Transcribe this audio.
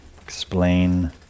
explain